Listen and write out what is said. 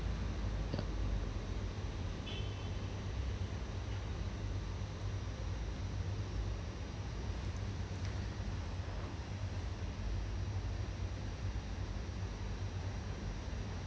ya